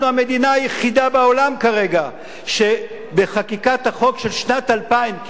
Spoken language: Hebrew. אנחנו המדינה היחידה בעולם כרגע שבחקיקת החוק של שנת 2000,